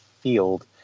field